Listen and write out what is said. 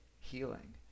healing